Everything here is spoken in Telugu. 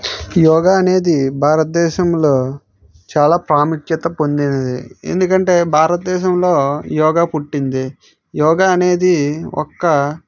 యోగా అనేది భారతదేశంలో చాలా ప్రాముఖ్యత పొందినది ఎందుకంటే భారతదేశంలో యోగా పుట్టింది యోగా అనేది ఒక